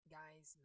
guys